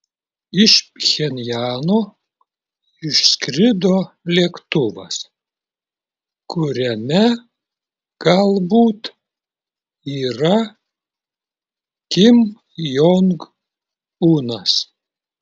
iš pchenjano išskrido lėktuvas kuriame galbūt yra kim jong unas